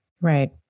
Right